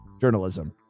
journalism